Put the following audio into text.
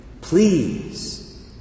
please